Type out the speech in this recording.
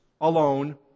alone